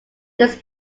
this